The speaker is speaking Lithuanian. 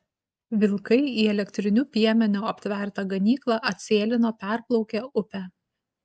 vilkai į elektriniu piemeniu aptvertą ganyklą atsėlino perplaukę upę